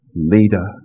leader